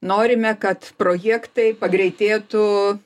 norime kad projektai pagreitėtų